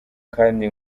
kandi